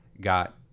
got